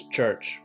Church